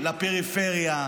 לפריפריה,